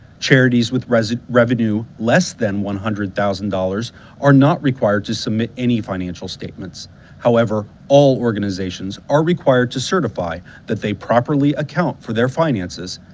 charities with revenue revenue less than one hundred thousand dollars are not required to submit any financial statements however all organizations are required to certify that they properly account for their finances.